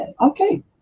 okay